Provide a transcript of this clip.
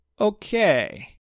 okay